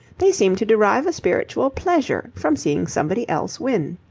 they seem to derive a spiritual pleasure from seeing somebody else win.